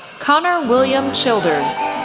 connor william childers,